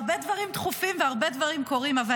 הרבה דברים דחופים והרבה דברים קורים אבל